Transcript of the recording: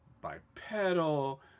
bipedal